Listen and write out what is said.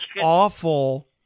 awful